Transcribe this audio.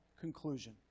conclusion